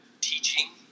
teaching